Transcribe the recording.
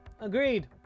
Agreed